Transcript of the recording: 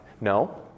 No